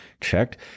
checked